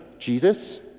Jesus